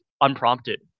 unprompted